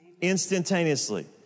instantaneously